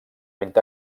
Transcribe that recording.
vint